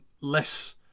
less